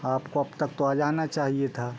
आपको अब तक तो आ जाना चाहिए था